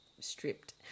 Stripped